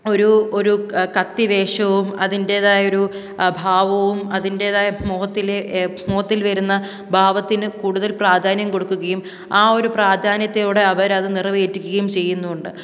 ഒരു ഒരു കത്തി വേഷവും അതിൻ്റെതായൊരു ഭാവവും അതിൻ്റെയെതായ മുഖത്തില് മുഖത്തിൽ വരുന്ന ഭാവത്തിന് കൂടുതൽ പ്രാധാന്യം കൊടുക്കുകയും ആ ഒരു പ്രാധാന്യത്തോടെ അവരത് നിറവേറ്റുകയും ചെയ്യുന്നൂണ്ട്